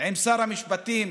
עם שר המשפטים